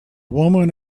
woman